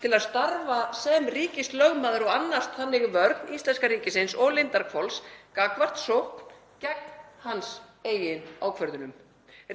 til að starfa sem ríkislögmaður og annast þannig vörn íslenska ríkisins og Lindarhvols gagnvart sókn gegn hans eigin ákvörðunum.